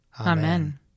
Amen